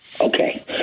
Okay